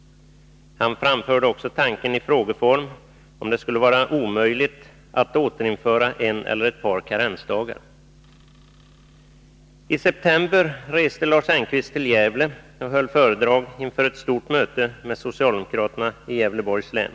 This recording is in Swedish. Han framförde också tanken i frågeform om det skulle vara omöjligt att återinföra en eller ett par karensdagar. I september reste Lars Engqvist till Gävle och höll föredrag inför ett stort möte med socialdemokraterna i Gävleborgs län.